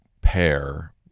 pair